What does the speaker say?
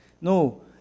No